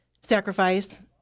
sacrifice